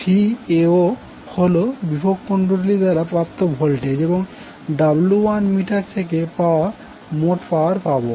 Vao হল বিভব কুণ্ডলী দ্বারা প্রাপ্ত ভোল্টেজ এবং W1 মিটার থেকে মোট পাওয়ার পাবো